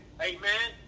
Amen